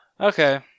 Okay